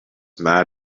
mad